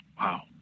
Wow